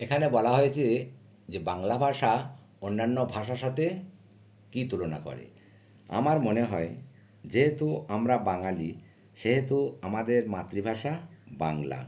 এখানে বলা হয়েছে যে বাংলা ভাষা অন্যান্য ভাষার সাথে কী তুলনা করে আমার মনে হয় যেহেতু আমরা বাঙালি সেহেতু আমাদের মাতৃভাষা বাংলা